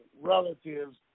relatives